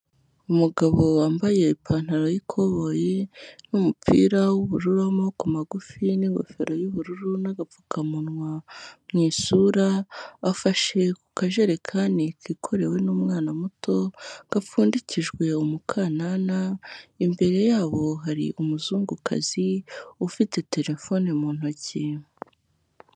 Umugabo wambaye ipantaro y'ikoboyi, n'umupira w'ubururu w'amaboko magufi n'ingofero y'ubururu n'agapfukamunwa mu isura, afashe ku kajerekani kikorewe n'umwana muto, gapfundikijwe umukanana, imbere yabo hari umuzungukazi, ufite terefone mu ntoki.